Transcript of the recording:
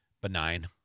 benign